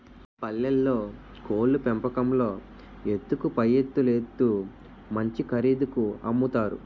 పల్లెల్లో కోళ్లు పెంపకంలో ఎత్తుకు పైఎత్తులేత్తు మంచి ఖరీదుకి అమ్ముతారు